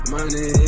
Money